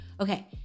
Okay